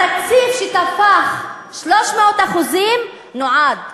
התקציב שתפח ב-300% נועד לבולדוזרים,